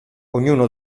ognuno